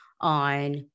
on